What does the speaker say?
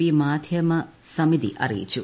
P മാധ്യമ സമിതി അറിയിച്ചു